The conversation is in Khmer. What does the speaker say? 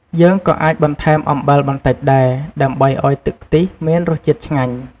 យើងក៏អាចបន្ថែមអំបិលបន្តិចដែរ ដើម្បីឲ្យទឹកខ្ទិះមានរសជាតិឆ្ងាញ់។